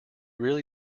really